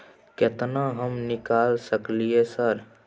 केतना हम निकाल सकलियै सर?